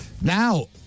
Now